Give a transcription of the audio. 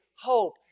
hope